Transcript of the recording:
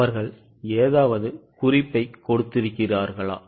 அவர்கள் ஏதாவது குறிப்பைக் கொடுத்திருக்கிறார்களா